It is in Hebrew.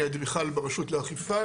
אני אדריכל ברשות לאכיפה,